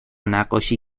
نقاشی